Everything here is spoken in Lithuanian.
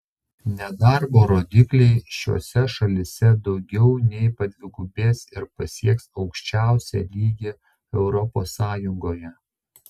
nedarbo rodikliai šiose šalyse daugiau nei padvigubės ir pasieks aukščiausią lygį europos sąjungoje